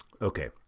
Okay